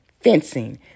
fencing